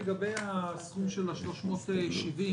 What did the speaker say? לגבי הסכום של 370 שקל,